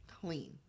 clean